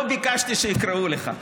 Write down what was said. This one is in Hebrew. לא ביקשתי שיקראו לך.